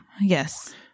Yes